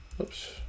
Oops